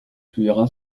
publiera